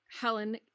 Helen